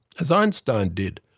as einstein did,